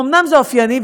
אומנם זה אופייני,